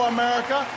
America